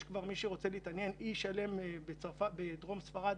יש כבר אי שלם בדרום ספרד